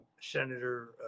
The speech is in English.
Senator